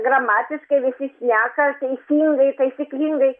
gramatiškai visi šneka teisingai taisyklingai